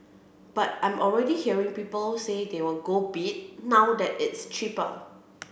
but I'm already hearing people say they will go bid now that it's cheaper